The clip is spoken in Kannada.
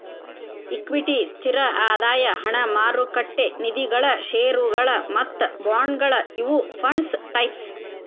ಇಕ್ವಿಟಿ ಸ್ಥಿರ ಆದಾಯ ಹಣ ಮಾರುಕಟ್ಟೆ ನಿಧಿಗಳ ಷೇರುಗಳ ಮತ್ತ ಬಾಂಡ್ಗಳ ಇವು ಫಂಡ್ಸ್ ಟೈಪ್ಸ್